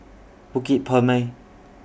Bukit Purmei